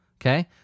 okay